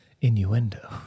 innuendo